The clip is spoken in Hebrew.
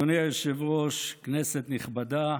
אדוני היושב-ראש, כנסת נכבדה,